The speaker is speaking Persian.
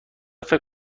فکر